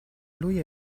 lui